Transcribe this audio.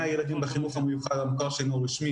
הילדים בחינוך המיוחד המוכר שאינו רשמי,